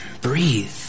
breathe